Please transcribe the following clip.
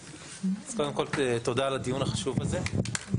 קודם כל תודה על הדיון החשוב הזה,